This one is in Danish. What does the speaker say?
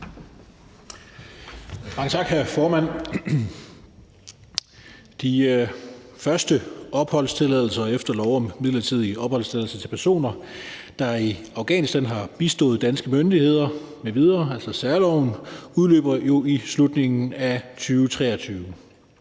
tak, hr. formand. De første opholdstilladelser efter lov om midlertidig opholdstilladelse til personer, der i Afghanistan har bistået danske myndigheder m.v., altså særloven, udløber i slutningen af 2023.